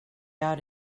out